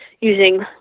using